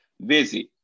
Visit